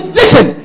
listen